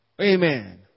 Amen